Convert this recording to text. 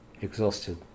exhausted